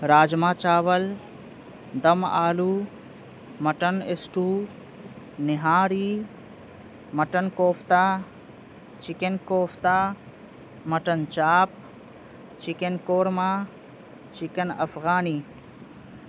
rajma chawal dum aloo mutton stew nihari mutton kofta chicken kofta mutton chop chicken korma chicken Afghani